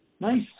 Nice